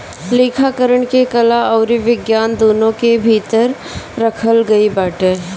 लेखाकरण के कला अउरी विज्ञान दूनो के भीतर रखल गईल बाटे